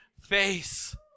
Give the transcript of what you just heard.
face